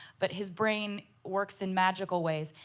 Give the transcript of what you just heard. but his brain works in magical ways.